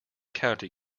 county